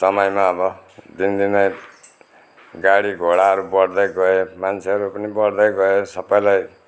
समयमा अब दिनदिनै गाडी घोडाहरू बढ्दै गए मान्छेहरू पनि बढ्दै गए सबैले